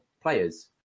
players